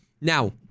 Now